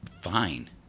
fine